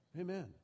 Amen